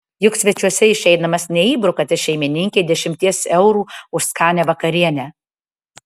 juk svečiuose išeidamas neįbrukate šeimininkei dešimties eurų už skanią vakarienę